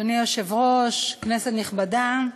אדוני היושב-ראש, כנסת נכבדה,